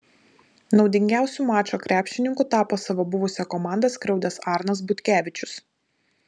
naudingiausiu mačo krepšininku tapo savo buvusią komandą skriaudęs arnas butkevičius